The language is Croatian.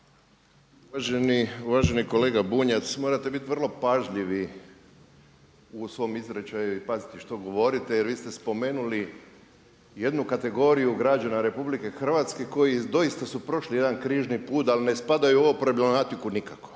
Uvaženi kolega Bunjac morate biti vrlo pažljivi u svom izričaju i paziti što govorite jer vi ste spomenuli jednu kategoriju građana Republike Hrvatske koji doista su prošli jedan križni put ali ne spadaju u ovu problematiku nikako,